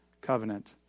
covenant